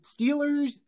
Steelers